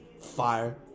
Fire